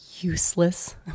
useless